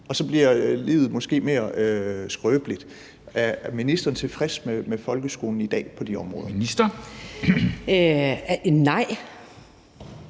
og så bliver livet måske mere skrøbeligt. Er ministeren tilfreds med folkeskolen i dag på de områder? Kl.